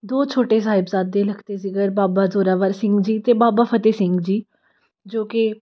ਦੋ ਛੋਟੇ ਸਾਹਿਬਜ਼ਾਦੇ ਲਖਤੇ ਜਿਗਰ ਬਾਬਾ ਜ਼ੋਰਾਵਰ ਸਿੰਘ ਜੀ ਅਤੇ ਬਾਬਾ ਫਤਿਹ ਸਿੰਘ ਜੀ ਜੋ ਕਿ